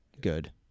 Good